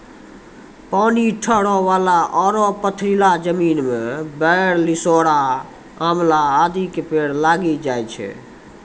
पानी ठहरै वाला आरो पथरीला जमीन मॅ बेर, लिसोड़ा, आंवला आदि के पेड़ लागी जाय छै